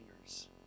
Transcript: fingers